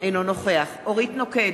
אינו נוכח אורית נוקד,